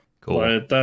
Cool